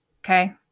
Okay